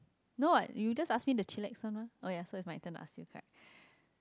no what you just ask me the chillax one mah oh ya so is my turn to ask you correct